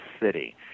city